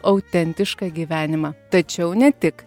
autentišką gyvenimą tačiau ne tik